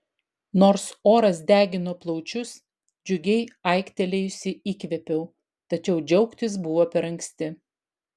nors oras degino plaučius džiugiai aiktelėjusi įkvėpiau tačiau džiaugtis buvo per anksti